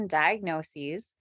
diagnoses